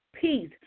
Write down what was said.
peace